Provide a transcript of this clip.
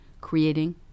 creating